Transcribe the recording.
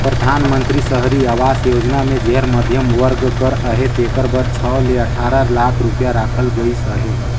परधानमंतरी सहरी आवास योजना मे जेहर मध्यम वर्ग कर अहे तेकर बर छव ले अठारा लाख रूपिया राखल गइस अहे